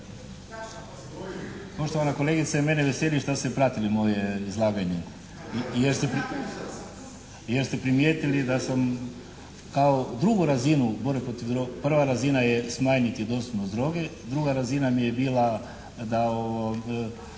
Poštovana kolegice mene veseli što ste pratili moje izlaganje, jer ste primijetili da sam kao drugu razinu borbe protiv droge, prva razina je smanjiti dostupnost droge, druga razina mi je bila da